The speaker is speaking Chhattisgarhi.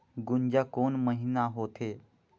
गुनजा कोन महीना होथे?